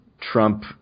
Trump